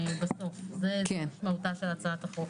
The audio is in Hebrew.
זה המשמעות של הצעת החוק.